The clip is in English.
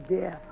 death